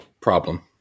problem